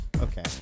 Okay